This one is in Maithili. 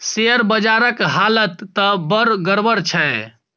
शेयर बजारक हालत त बड़ गड़बड़ छै